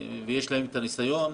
ויש לה הניסיון,